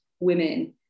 women